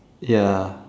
ya